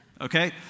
Okay